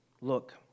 look